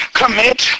commit